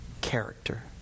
character